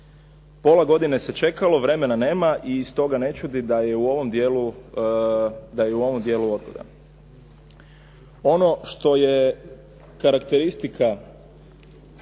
Pola godine se čekalo, vremena nema i stoga ne čudi da je u ovom dijelu odgoda.